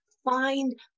Find